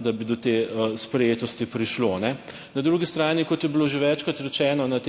da bi do te sprejetosti prišlo. Na drugi strani, kot je bilo že večkrat rečeno, na